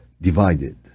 divided